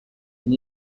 and